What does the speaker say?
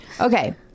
Okay